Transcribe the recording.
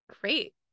great